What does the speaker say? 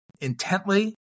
intently